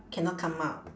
cannot come out